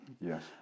Yes